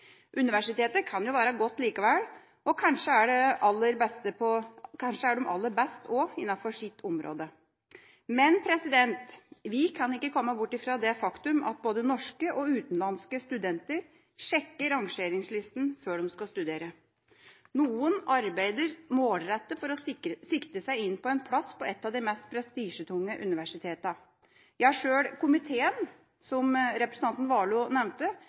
Universitetet kan jo være godt likevel, og kanskje er det også aller best innenfor sitt område. Men vi kan ikke komme bort fra det faktum at både norske og utenlandske studenter sjekker rangeringslistene før de skal studere. Noen arbeider målrettet for å sikte seg inn mot en plass på et av de mest prestisjetunge universitetene. Ja, sjøl komiteen ble jo, som representanten Warloe nevnte,